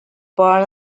born